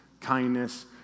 kindness